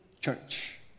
church